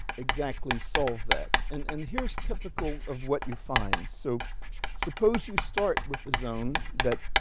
exactly solve that. and and here's typical of what you find. so suppose you start with the zone that,